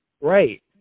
Right